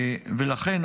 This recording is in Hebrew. ולכן,